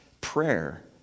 prayer